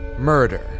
MURDER